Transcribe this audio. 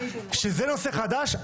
שזה נושא חדש,